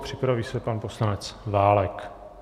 Připraví se pan poslanec Válek.